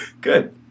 Good